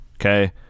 okay